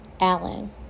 Alan